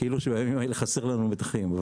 כאילו שחסר לנו מתחים בימים אלה.